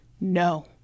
No